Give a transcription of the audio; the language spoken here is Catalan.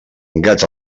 gat